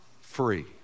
free